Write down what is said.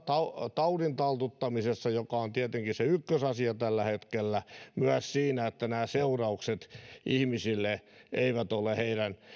taudin taltuttamisessa joka on tietenkin se ykkösasia tällä hetkellä myös siinä että nämä seuraukset ihmisille eivät ole